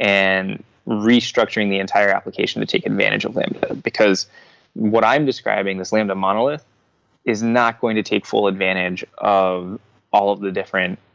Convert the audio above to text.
and restructuring the entire application to take advantage of lambda, because what i'm describing this lambda monolith is not going to take full advantage of all of the different